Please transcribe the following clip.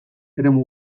eremu